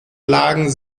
lagen